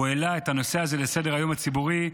הוא העלה את הנושא הזה על סדר-היום הציבורי,